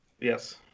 Yes